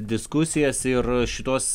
diskusijas ir šitos